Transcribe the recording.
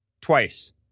Twice